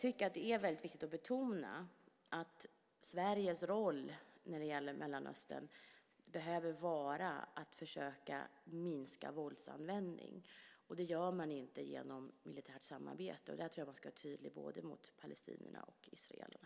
Det är väldigt viktigt att betona att Sveriges roll i Mellanöstern behöver vara att försöka minska våldsanvändning. Det gör man inte genom militärt samarbete. Där ska man vara tydlig mot både palestinierna och israelerna.